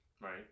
Right